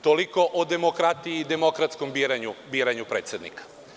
Toliko o demokratiji i demokratskom biranju predsednika.